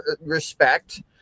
respect